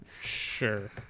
Sure